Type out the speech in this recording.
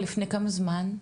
לפני כמה זמן?